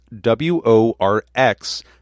W-O-R-X